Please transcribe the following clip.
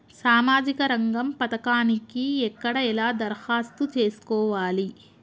సామాజిక రంగం పథకానికి ఎక్కడ ఎలా దరఖాస్తు చేసుకోవాలి?